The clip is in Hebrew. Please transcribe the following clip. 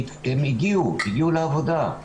הן הגיעו, הגיעו לעבודה.